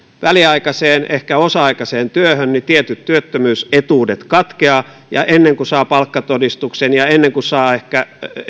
väliaikaiseen ehkä osa aikaiseen työhön niin tietyt työttömyysetuudet katkeavat ja ennen kuin saa palkkatodistuksen ja ennen kuin saa ehkä